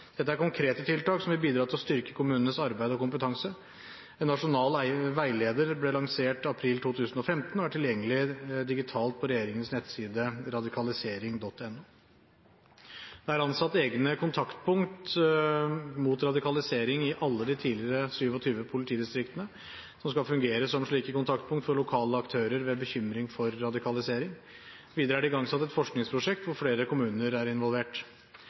Dette er konkrete tiltak som vil bidra til å styrke kommunenes arbeid og kompetanse. En nasjonal veileder ble lansert i april 2015 og er tilgjengelig digitalt på regjeringens nettside radikalisering.no. Det er ansatt egne kontakter mot radikalisering i alle de tidligere 27 politidistriktene som skal fungere som kontaktpunkt for lokale aktører ved bekymring om radikalisering. Videre er det igangsatt et forskningsprosjekt hvor flere kommuner er involvert.